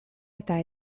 eta